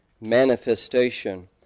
manifestation